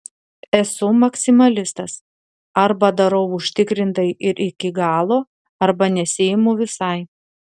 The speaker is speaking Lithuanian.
esu maksimalistas arba darau užtikrintai ir iki galo arba nesiimu visai